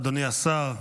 אדוני השר.